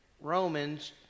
Romans